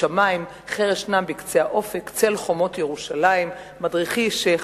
שמים/ חרש נם בקצה האופק/ צל חומות ירושלים/ מדריכי שיח'